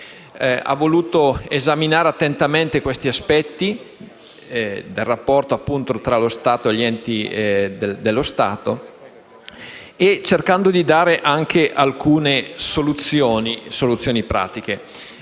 ha inteso esaminare attentamente gli aspetti del rapporto tra lo Stato e gli enti della Repubblica, cercando di suggerire anche alcune soluzioni pratiche.